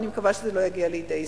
ואני מקווה שזה לא יגיע לידי יישום.